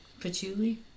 Patchouli